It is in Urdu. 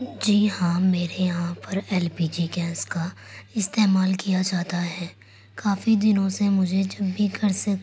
جی ہاں میرے یہاں پر اپل پی جی گیس کا استعمال کیا جاتا ہے کافی دِنوں سے مجھے جب بھی گھر سے